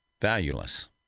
valueless